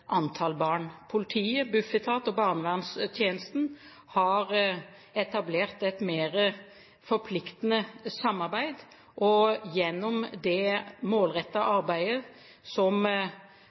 antall barn. Politiet, Bufetat og barnevernstjenesten har etablert et mer forpliktende samarbeid, og som en følge av det målrettede arbeidet som